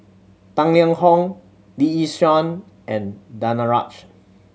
Tang Liang Hong Lee Yi Shyan and Danaraj